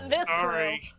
Sorry